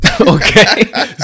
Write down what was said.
Okay